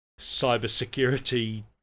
cybersecurity